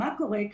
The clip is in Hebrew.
מה קורה,